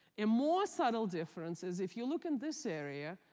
a more subtle difference is, if you look in this area,